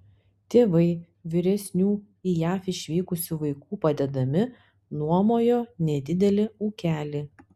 tėvai vyresnių į jav išvykusių vaikų padedami nuomojo nedidelį ūkelį